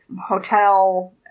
hotel